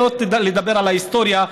לא לדבר על ההיסטוריה,